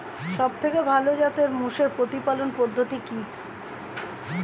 সবথেকে ভালো জাতের মোষের প্রতিপালন পদ্ধতি কি?